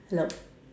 hello